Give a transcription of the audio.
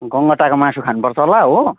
गङ्गटाको मासु खानुपर्छ होला हो